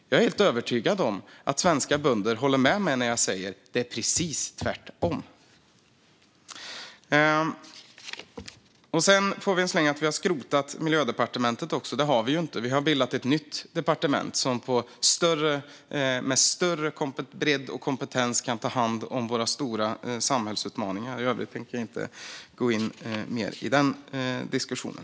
Jag är helt övertygad om att svenska bönder håller med mig när jag säger att det är precis tvärtom. Vi fick också en släng om att vi skrotat Miljödepartementet. Det har vi inte; vi har bildat ett nytt departement som med större bredd och kompetens kan ta hand om våra stora samhällsutmaningar. I övrigt tänker jag inte gå in mer i den diskussionen.